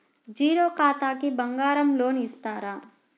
Zero ఖాతాకి బంగారం loan ఇస్తారా?